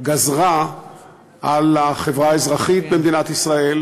גזרה על החברה האזרחית במדינת ישראל,